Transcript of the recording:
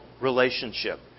relationship